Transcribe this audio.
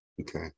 Okay